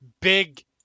big